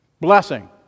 Blessing